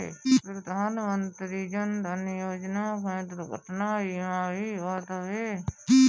प्रधानमंत्री जन धन योजना में दुर्घटना बीमा भी होत बाटे